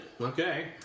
Okay